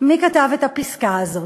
מי כתב את הפסקה הזאת,